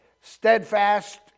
steadfast